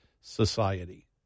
society